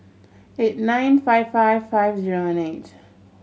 eight nine five five five zero eight